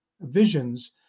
visions